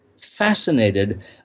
fascinated